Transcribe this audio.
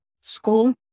school